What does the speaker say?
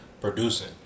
producing